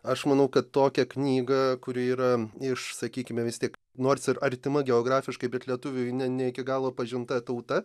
aš manau kad tokią knygą kuri yra iš išsakykime vis tiek nors ir artima geografiškai bet lietuviui ne ne iki galo pažinta tauta